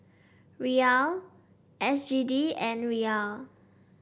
Riyal S G D and Riyal